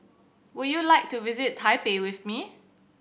would you like to visit Taipei with me